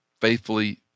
faithfully